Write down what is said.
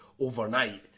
overnight